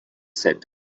said